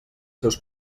seus